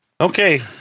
Okay